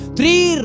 Three